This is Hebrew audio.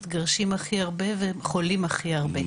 מתגרשים הכי הרבה וחולים הכי הרבה.